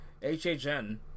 Hhn